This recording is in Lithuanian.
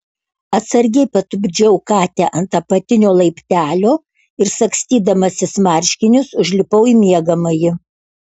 atsargiai patupdžiau katę ant apatinio laiptelio ir sagstydamasis marškinius užlipau į miegamąjį